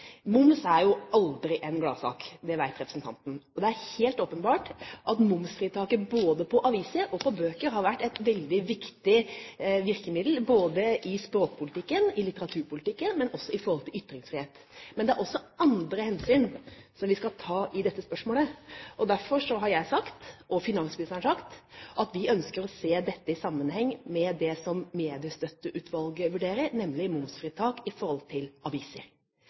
Moms er jo aldri en gladsak, det vet representanten. Det er helt åpenbart at momsfritaket både på aviser og bøker har vært et veldig viktig virkemiddel både i språkpolitikken, i litteraturpolitikken og også når det gjelder ytringsfrihet. Men det er også andre hensyn som vi skal ta i dette spørsmålet. Derfor har jeg sagt – og finansministeren har sagt – at vi ønsker å se dette i sammenheng med det som Mediestøtteutvalget vurderer, nemlig momsfritak for aviser. Grunnen til